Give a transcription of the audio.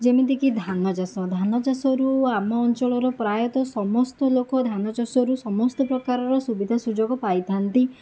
ଯେମିତିକି ଧାନ ଚାଷ ଧାନ ଚାଷରୁ ଆମ ଅଞ୍ଚଳର ପ୍ରାୟତଃ ସମସ୍ତ ଲୋକ ଧାନ ଚାଷରୁ ସମସ୍ତ ପ୍ରକାରର ସୁବିଧା ସୁଯୋଗ ପାଇଥାନ୍ତି